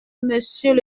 monsieur